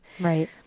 Right